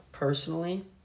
personally